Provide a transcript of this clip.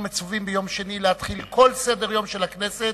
אנחנו מצווים ביום שני להתחיל כל סדר-יום של הכנסת.